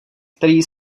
který